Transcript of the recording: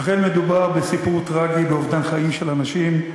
אכן, מדובר בסיפור טרגי, באובדן חיים של אנשים.